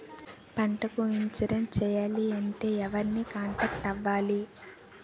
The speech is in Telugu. పంటకు ఇన్సురెన్స్ చేయాలంటే ఎవరిని కాంటాక్ట్ అవ్వాలి?